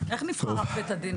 איך נבחר אב בית הדין?